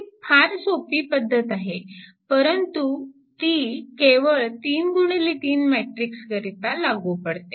ही फार सोपी पद्धत आहे परंतु ती केवळ 3 गुणिले 3 मॅट्रिक्स करिता लागू पडते